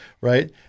Right